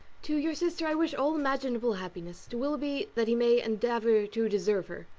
to your sister i wish all imaginable happiness to willoughby that he may endeavour to deserve her,